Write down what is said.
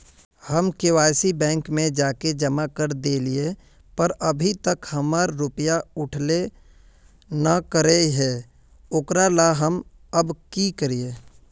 हम KYC bank में जाके जमा कर देलिए पर अभी तक हमर रुपया उठबे न करे है ओकरा ला हम अब की करिए?